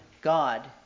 God